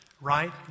right